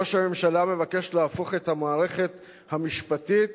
ראש הממשלה מבקש להפוך את המערכת המשפטית